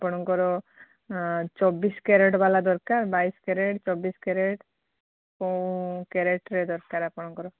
ଆପଣଙ୍କର ଚବିଶ କ୍ୟାରେଟ୍ ବାଲା ଦରକାର ବାଇଶ କ୍ୟାରେଟ୍ ଚବିଶ କ୍ୟାରେଟ୍ କେଉଁ କ୍ୟାରେଟ୍ରେ ଦରକାର ଆପଣଙ୍କର